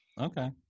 Okay